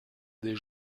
des